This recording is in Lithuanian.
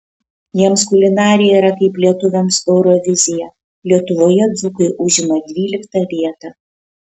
jiems kulinarija yra kaip lietuviams eurovizija lietuvoje dzūkai užima dvyliktą vietą